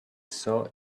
saw